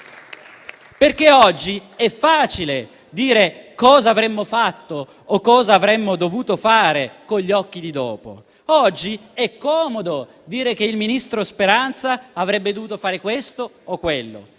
Oggi è facile dire cosa avremmo fatto o cosa avremmo dovuto fare, con gli occhi di dopo. Oggi è comodo dire che il ministro Speranza avrebbe dovuto fare questo o quello.